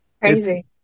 Crazy